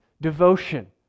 devotion